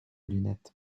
lunettes